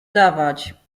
dawać